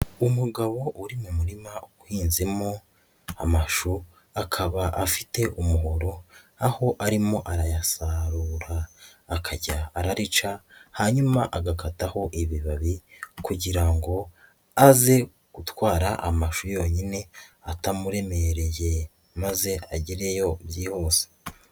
Umugabo uri mu murima uhinzemo amashu, akaba afite umuhoro, aho arimo arayasarura. Akajya ararica, hanyuma agakataho ibibabi kugira ngo aze gutwara amashu yonyine, atamuremereye maze agereyo byihuse.